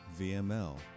vml